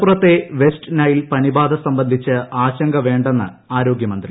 മലപ്പുറത്തെ West Nile പനിബാധ സംബന്ധിച്ച് ആശങ്ക വേണ്ടെന്ന് ആരോഗ്യമന്ത്രി